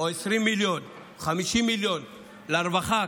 20 מיליון או 50 מיליון לרווחה,